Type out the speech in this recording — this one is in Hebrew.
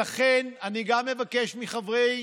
לכן אני גם מבקש מחברי